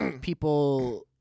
people